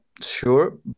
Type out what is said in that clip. sure